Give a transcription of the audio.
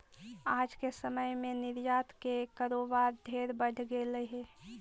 आज के समय में निर्यात के कारोबार ढेर बढ़ गेलई हे